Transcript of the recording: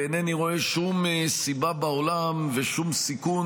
ואינני רואה שום סיבה בעולם ושום סיכון